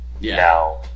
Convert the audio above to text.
Now